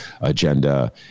agenda